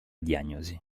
diagnosi